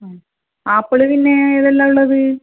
മ് ആപ്പിള് പിന്നെ ഏതെല്ലാം ഉള്ളത്